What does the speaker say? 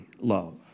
love